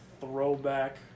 throwback